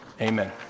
Amen